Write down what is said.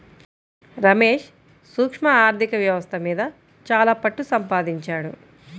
రమేష్ సూక్ష్మ ఆర్ధిక వ్యవస్థ మీద చాలా పట్టుసంపాదించాడు